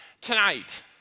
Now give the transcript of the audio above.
tonight